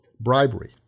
Bribery